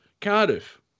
Cardiff